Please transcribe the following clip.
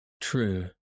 True